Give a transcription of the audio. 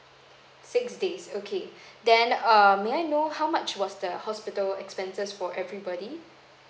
six days okay then err may I know how much was the hospital expenses for everybody